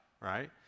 right